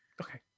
Okay